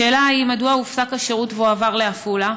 השאלה היא: 1. מדוע הופסק השירות והועבר לעפולה,